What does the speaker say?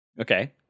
Okay